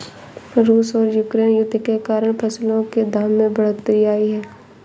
रूस और यूक्रेन युद्ध के कारण फसलों के दाम में बढ़ोतरी आई है